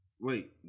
Wait